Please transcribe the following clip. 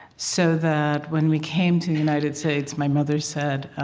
so that when we came to the united states, my mother said